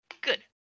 Good